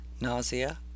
nausea